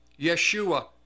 yeshua